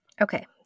Okay